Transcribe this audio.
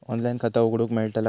Online खाता उघडूक मेलतला काय?